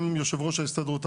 גם יושב-ראש ההסתדרות,